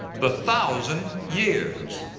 the thousand years.